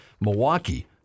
Milwaukee